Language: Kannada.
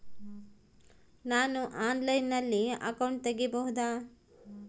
ನಾನು ಆನ್ಲೈನಲ್ಲಿ ಅಕೌಂಟ್ ತೆಗಿಬಹುದಾ?